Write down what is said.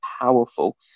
powerful